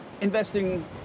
investing